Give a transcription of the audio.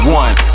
one